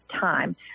time